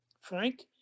Frank